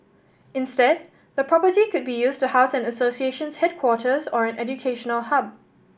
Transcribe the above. instead the property could be used to house an association's headquarters or an educational hub